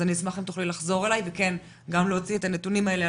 אני אשמח אם תוכלי לחזור אליי וגם להוציא את הנתונים האלה,